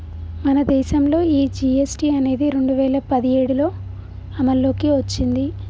మన దేసంలో ఈ జీ.ఎస్.టి అనేది రెండు వేల పదిఏడులో అమల్లోకి ఓచ్చింది